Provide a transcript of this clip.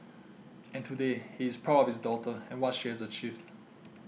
and today he is proud of his daughter and what she has achieved